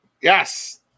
Yes